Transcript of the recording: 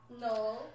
No